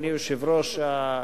אדוני היושב-ראש,